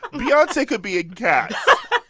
beyonce could be in cats.